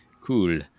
cool